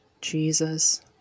Jesus